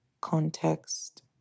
context